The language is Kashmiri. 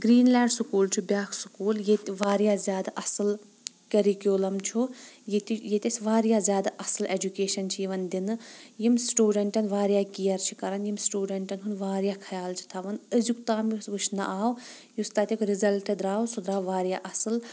گریٖن لینڈ سکوٗل چھُ بیٛاکھ سکوٗل ییٚتہِ واریاہ زیٛادٕ اَصل کیرِکیوٗلم چھُ ییٚتہِ ییٚتہِ أسۍ واریاہ زیٛادٕ اَصل ایجوٗکیشن چھ یِوان دِنہٕ یِم سِٹیوٗڈنٛٹن واریاہ کِیر چھ کران یِم سِٹیوٗڈنٛٹن ہُنٛد واریاہ خیال چھ تھاوان أزیُک تام یُس وٕچھنہٕ آو یُس تَتیُک رِزلٹہ درٛاو سُہ درٛاو واریاہ اَصل